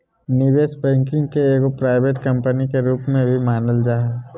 निवेश बैंकिंग के एगो प्राइवेट कम्पनी के रूप में भी मानल जा हय